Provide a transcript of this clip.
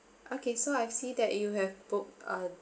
okay so I see that you have booked uh